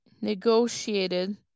negotiated